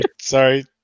Sorry